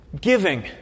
giving